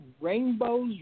rainbows